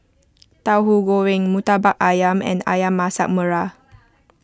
Tauhu Goreng Murtabak Ayam and Ayam Masak Merah